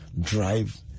drive